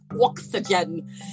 oxygen